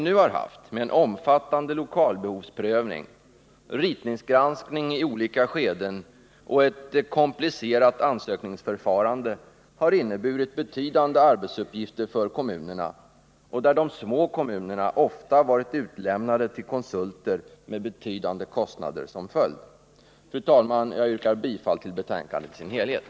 Det system vi har, med en omfattande lokalbehovsprövning, ritningsgranskning i olika skeden och ett komplicerat ansökningsförfarande, har inneburit betydande arbetsuppgifter för kommunerna, och de små kommunerna har ofta varit utlämnade till konsulter med betydande kostnader som följd. Fru talman! Jag yrkar bifall till utskottets hemställan i dess helhet.